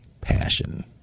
passion